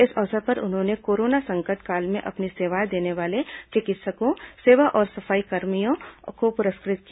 इस अवसर पर उन्होंने कोरोना संकट काल में अपनी सेवाएं देने वाले चिकित्सकों सेवा और सफाई कर्मचारियों को पुरस्कृत किया